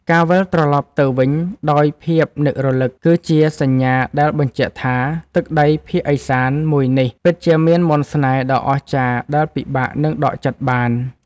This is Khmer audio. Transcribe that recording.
ការវិលត្រឡប់ទៅវិញដោយភាពនឹករលឹកគឺជាសញ្ញាដែលបញ្ជាក់ថា ទឹកដីភាគឦសានមួយនេះពិតជាមានមន្តស្នេហ៍ដ៏អស្ចារ្យដែលពិបាកនឹងដកចិត្តបាន។